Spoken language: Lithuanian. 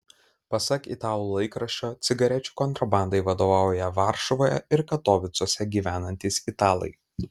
pasak italų laikraščio cigarečių kontrabandai vadovauja varšuvoje ir katovicuose gyvenantys italai